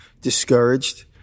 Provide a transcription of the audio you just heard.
discouraged